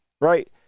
right